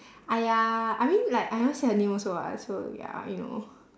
!aiya! I mean like I never say her name also [what] so ya you know